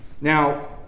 now